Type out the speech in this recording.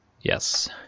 Yes